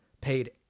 paid